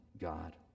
God